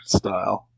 style